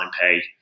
pay